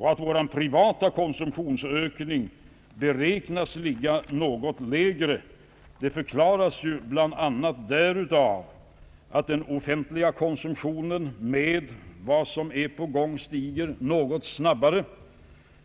Att vår privata konsumtionsökning beräknas ligga något lägre förklaras bl.a. därav att den offentliga konsumtionen med vad som är på gång stiger något snabbare.